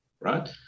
right